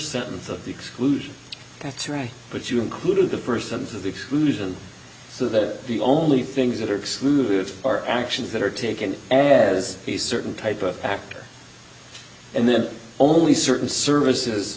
sentence of the exclusion that's right but you included the persons of exclusion so that the only things that are excluded are actions that are taken as a certain type of actor and then only certain services